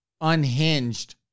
unhinged